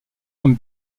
comme